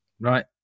Right